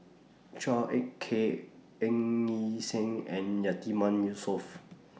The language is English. Chua Ek Kay Ng Yi Sheng and Yatiman Yusof